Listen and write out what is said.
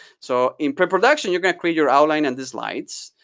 so in pre-production you're going to create your outline and the slides.